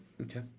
Okay